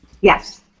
Yes